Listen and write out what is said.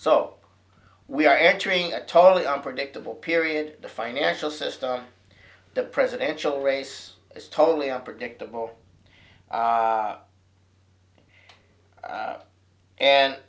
so we are entering a totally unpredictable period the financial system the presidential race is totally unpredictable